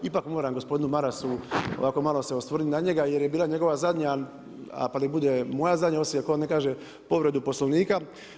Ipak moram gospodinu Marasu ovako malo se osvrnuti na njega jer je bila njegova zadnja, pa neka bude moja zadnja osim ako ne kaže povredu poslovnika.